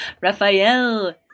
Raphael